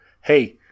hey